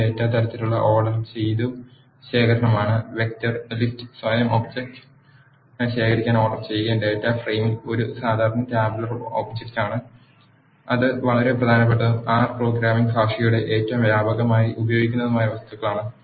ഒരേ ഡാറ്റാ തരങ്ങളുടെ ഓർഡർ ചെയ്ത ശേഖരമാണ് വെക്റ്റർ ലിസ്റ്റ് സ്വയം ഒബ്ജക്റ്റ് ശേഖരിക്കാൻ ഓർഡർ ചെയ്യുകയും ഡാറ്റാ ഫ്രെയിം ഒരു സാധാരണ ടാബുലാർ ഒബ്ജക്റ്റാണ് അത് വളരെ പ്രധാനപ്പെട്ടതും ആർ പ്രോഗ്രാമിംഗ് ഭാഷയുടെ ഏറ്റവും വ്യാപകമായി ഉപയോഗിക്കുന്നതുമായ വസ്തുക്കളാണ്